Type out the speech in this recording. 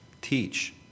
teach